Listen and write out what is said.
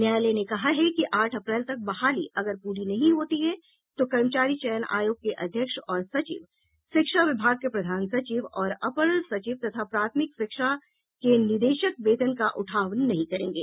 न्यायालय ने कहा है कि आठ अप्रैल तक बहाली अगर पूरी नहीं होती है तो कर्मचारी चयन आयोग के अध्यक्ष और सचिव शिक्षा विभाग के प्रधान सचिव और अपर सचिव तथा प्राथमिक शिक्षा के निदेशक वेतन का उठाव नहीं करेंगे